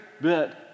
bit